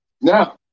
Now